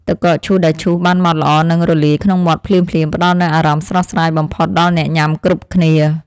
ទឹកកកដែលឈូសបានម៉ត់ល្អនិងរលាយក្នុងមាត់ភ្លាមៗផ្តល់នូវអារម្មណ៍ស្រស់ស្រាយបំផុតដល់អ្នកញ៉ាំគ្រប់គ្នា។